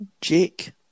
Jake